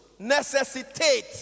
Necessitate